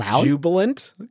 jubilant